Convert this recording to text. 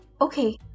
Okay